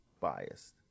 biased